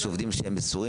יש עובדים שהם מסורים,